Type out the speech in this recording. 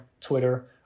Twitter